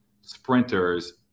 sprinters